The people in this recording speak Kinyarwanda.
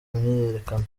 myiyerekano